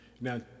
Now